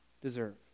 deserve